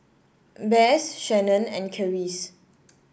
Besse Shannen and Karis